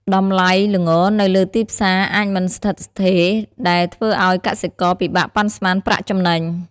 តម្លៃល្ងនៅលើទីផ្សារអាចមិនស្ថិតស្ថេរ ដែលធ្វើឱ្យកសិករពិបាកប៉ាន់ស្មានប្រាក់ចំណេញ។